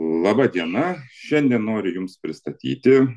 laba diena šiandien noriu jums pristatyti